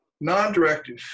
non-directive